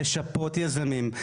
לשפות יזמים,